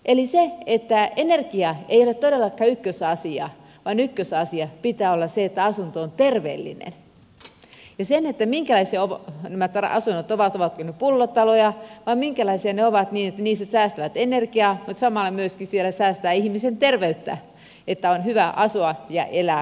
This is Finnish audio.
eli energia ei ole todellakaan ykkösasia vaan ykkösasian pitää olla se että asunto on terveellinen ja se minkälaisia nämä asunnot ovat ovatko ne pullotaloja vai minkälaisia ne ovat että ne säästävät energiaa mutta samalla myöskin säästävät ihmisen terveyttä että on hyvä asua ja elää eteenpäin